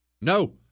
No